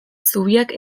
zubiak